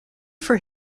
for